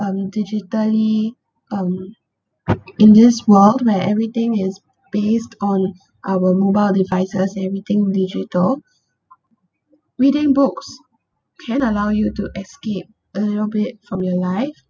um digitally um in this world where everything is based on our mobile devices everything digital reading books can allow you to escape a little bit from your life